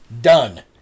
done